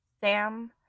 Sam